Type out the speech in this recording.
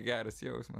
geras jausmas